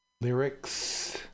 Lyrics